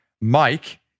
Mike